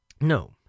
No